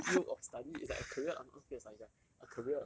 field of study is like a career oh not field of study sorry a career